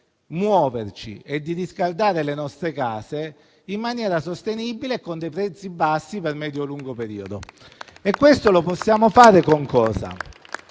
muoverci e riscaldare le nostre case in maniera sostenibile e con prezzi bassi per un medio-lungo periodo. E questo lo possiamo fare con cosa?